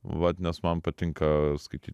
vat nes man patinka skaityt